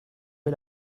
est